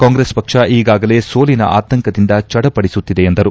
ಕಾಂಗ್ರೆಸ್ ಪಕ್ಷ ಈಗಾಗಲೇ ಸೋಲಿನ ಆತಂಕದಿಂದ ಚಡಪಡಿಸುತ್ತಿದೆ ಎಂದರು